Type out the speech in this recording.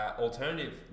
alternative